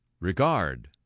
regard